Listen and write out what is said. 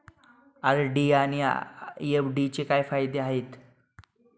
RD आणि एफ.डीचे काय फायदे आहेत?